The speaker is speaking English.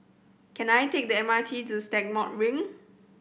can I take the M R T to Stagmont Ring